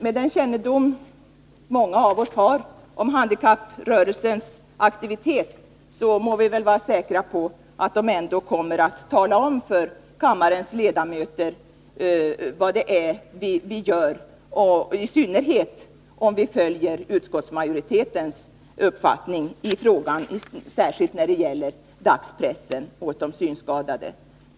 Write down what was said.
Med den kännedom som många av oss har om handikapprörelsens aktivitet må vi väl ändå kunna vara säkra på att de handikappade kommer att tala om för kammarens ledamöter vad det är vi gör om vi följer utskottsmajoritetens uppfattning, särskilt när det gäller vårt beslut i frågan om de synskadades möjligheter att få tillgång till innehållet i dagspressen.